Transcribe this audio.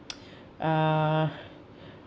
uh